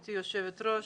גברתי יושבת הראש.